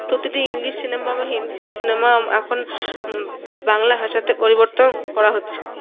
প্রতিটি English cinema বা Hindi cinema এখন বাংলাভাষাতে পরিবর্তন করা হচ্ছে